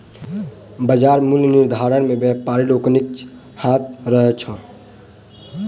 बाजार मूल्य निर्धारण मे व्यापारी लोकनिक हाथ रहैत छै